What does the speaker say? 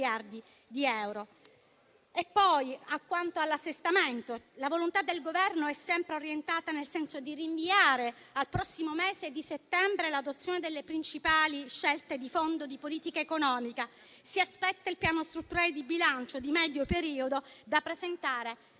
di euro. Poi, quanto all'assestamento, la volontà del Governo è sempre orientata nel senso di rinviare al prossimo mese di settembre l'adozione delle principali scelte di fondo di politica economica. Si aspetta il piano strutturale di bilancio di medio periodo, da presentare